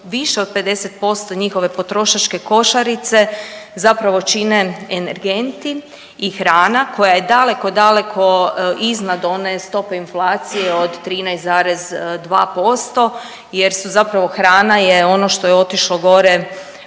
više od 50% njihove potrošačke košarice zapravo čine energenti i hrana koja je daleko, daleko iznad one stope inflacije od 13,2% jer su zapravo, hrana je ono što je otišlo gore